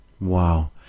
Wow